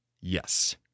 Yes